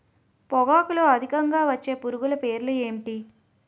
పొగాకులో అధికంగా వచ్చే పురుగుల పేర్లు ఏంటి